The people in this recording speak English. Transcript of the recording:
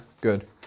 good